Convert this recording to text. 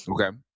Okay